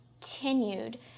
continued